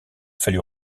fallu